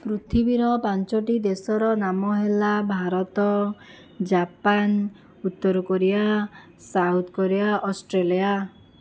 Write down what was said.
ପୃଥିବୀର ପାଞ୍ଚଟି ଦେଶର ନାମ ହେଲା ଭାରତ ଜାପାନ ଉତ୍ତରକୋରିଆ ସାଉଥକୋରିଆ ଅଷ୍ଟ୍ରେଲିଆ